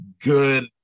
good